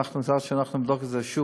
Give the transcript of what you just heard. אנחנו נבדוק את זה שוב.